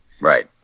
Right